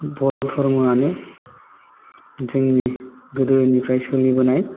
बर' धर्मआनो जोंनि गोदोनिफ्राय सोलिबोनाय